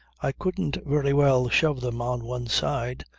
i couldn't very well shove them on one side.